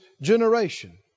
generation